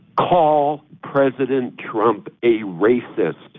call president trump a racist,